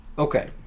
Okay